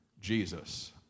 Jesus